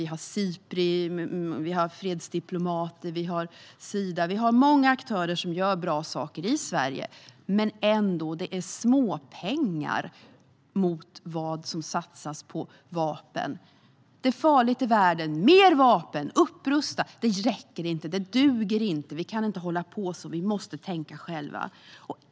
Vi har Sipri, fredsdiplomaterna, Sida och många aktörer som gör bra saker i Sverige, men det är småpengar jämfört med vad som satsas på vapen. Det är farligt i världen, mer vapen, upprusta! Det räcker inte - det duger inte. Vi kan inte hålla på så, utan vi måste tänka själva.